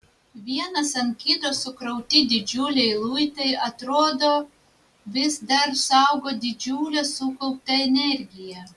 vienas ant kito sukrauti didžiuliai luitai atrodo vis dar saugo didžiulę sukauptą energiją